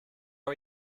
are